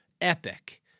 epic